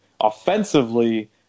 offensively